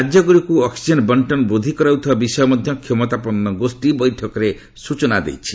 ରାଜ୍ୟଗୁଡିକୁ oxygen ବର୍ଷ୍ଣନ ବୃଦ୍ଧି କରାଯାଉଥିବା ବିଷୟ ମଧ୍ୟ କ୍ଷମତାପନ୍ନ ଗୋଷୀ ବୈଠକରେ ସୂଚନା ଦେଇଛି